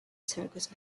circus